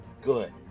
Good